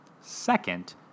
Second